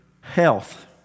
health